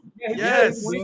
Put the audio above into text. Yes